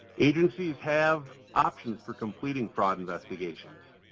agencies have options for completing fraud investigations.